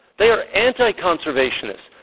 they are anti-conservationists.